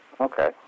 Okay